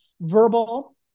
verbal